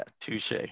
touche